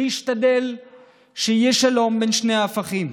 להשתדל שיהיה שלום בין שני הפכים".